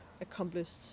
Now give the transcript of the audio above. accomplished